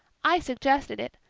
i suggested it.